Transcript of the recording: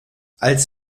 als